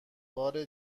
بار